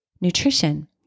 nutrition